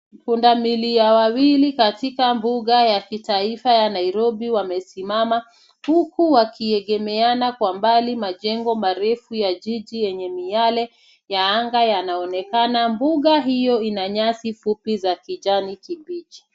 Pundamilia wawili katika mbuga ya kitaifa ya Nairobi wamesimama huku wakiegemeana. Kwa mbali majengo marefu ya jiji yenye miale ya anga yanaonekana. Mbuga hiyo ina nyasi fupi za kijani kibichi.